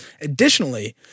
Additionally